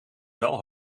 wel